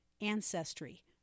ancestry